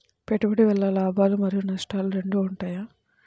పెట్టుబడి వల్ల లాభాలు మరియు నష్టాలు రెండు ఉంటాయా?